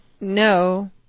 No